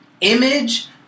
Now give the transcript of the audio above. image